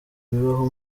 bibaho